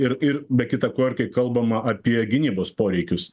ir ir be kita ko ir kai kalbama apie gynybos poreikius